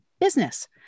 Business